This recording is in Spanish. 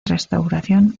restauración